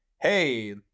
hey